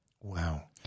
Wow